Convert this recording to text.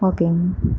ஓகேங்க